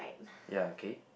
ya okay